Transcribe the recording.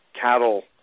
cattle